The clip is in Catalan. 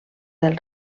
del